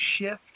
shift